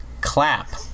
clap